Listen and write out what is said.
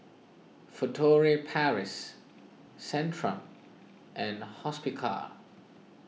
Furtere Paris Centrum and Hospicare